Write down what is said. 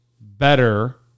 better